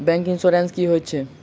Bank insurance की होइत छैक?